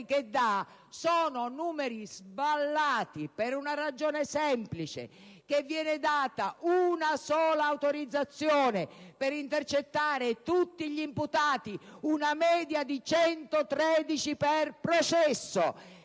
che danno sono sballati per una ragione semplice: che viene data una sola autorizzazione per intercettare tutti gli imputati, una media di 113 per processo,